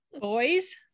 Boys